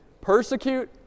Persecute